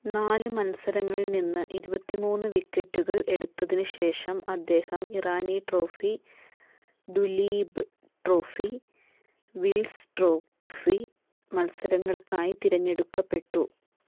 നാല് മത്സരങ്ങളിൽ നിന്ന് ഇരുപത്തിമൂന്ന് വിക്കറ്റുകൾ എടുത്തതിന് ശേഷം അദ്ദേഹം Irani Trophy Duleep Trophy Wills Trophy മത്സരങ്ങൾക്കായി തിരഞ്ഞെടുക്കപ്പെട്ടു